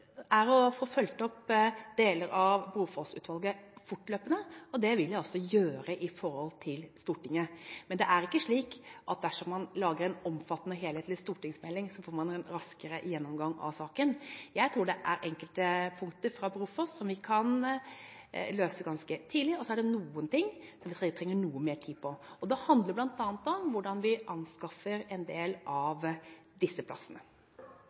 er å få fulgt opp deler av Brofoss-utvalget fortløpende, og det vil vi altså gjøre i forhold til Stortinget. Men det er ikke slik at dersom man lager en omfattende, helhetlig stortingsmelding, så får man en raskere gjennomgang av saken. Jeg tror det er enkelte punkter fra Brofoss som vi kan løse ganske tidlig, og så er det noen ting vi trenger noe mer tid på. Da handler det bl.a. om hvordan vi anskaffer en del av disse plassene.